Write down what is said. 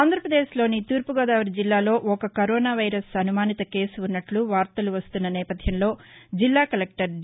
ఆంధ్రాప్రదేశ్లోని తూర్పుగోదావరి జిల్లాలో ఒక కరోనా వైరెస్ అనుమానిత కేసు ఉన్నట్లు వార్తలు వస్తున్న నేపథ్యంలో జిల్లా కలెక్టర్ డి